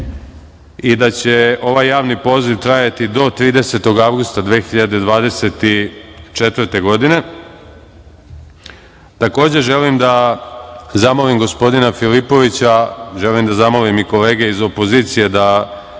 i da će ovaj javni poziv trajati do 30. avgusta 2024. godine. Takođe, želim da zamolim gospodina Filipovića, a želim da zamolim i kolege iz opozicije da